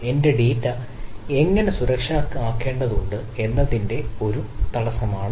എന്റെ ഡാറ്റ എങ്ങനെ സുരക്ഷിതമാക്കേണ്ടതുണ്ട് എന്നതിന്റെ ഒരു തടസ്സമാണ്